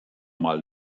mal